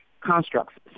Constructs